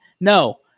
No